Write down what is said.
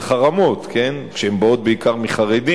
של חרמות, כן, שהן באות מעיקר מחרדים,